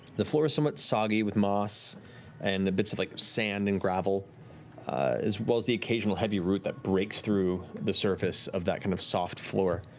the floor is somewhat soggy with moss and bits of like sand and gravel as well as the occasional heavy root that breaks through the surface of that kind of soft floor.